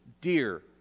dear